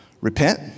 repent